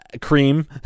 cream